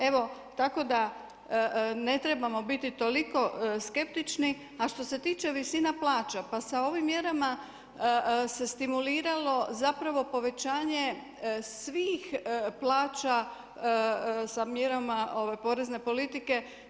Evo tako da ne trebamo biti toliko skeptični, a što se tiče visina plaća, pa sa ovim mjerama se stimuliralo zapravo povećanje svih plaća sa mjerama porezne politike.